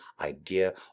idea